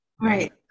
right